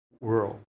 world